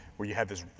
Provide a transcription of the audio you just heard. where you have this,